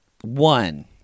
One